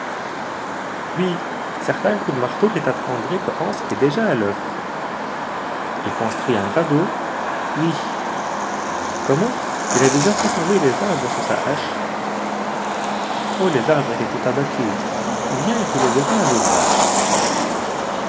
certains coups de marteau qui t'apprendraient que hans est déjà à l'oeuvre il construit un radeau oui comment il a déjà fait tomber dès arbres sous sa hache oh les arbres étaient tout abattus viens et tu le verras à l'ouvrage